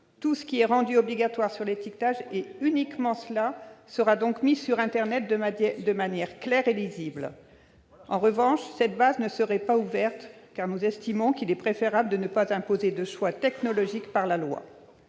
Tout ce qui est rendu obligatoire sur l'étiquetage, et uniquement cela, sera donc mis sur internet de manière claire et lisible. En revanche, la base ne serait pas ouverte, car il nous semble préférable de ne pas imposer de choix technologique par la loi.